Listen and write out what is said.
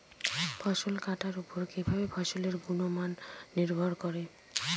ফসল কাটার উপর কিভাবে ফসলের গুণমান নির্ভর করে?